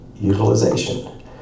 utilization